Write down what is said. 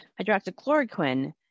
hydroxychloroquine